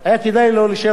או להתנדב.